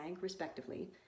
respectively